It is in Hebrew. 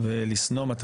בוקר טוב.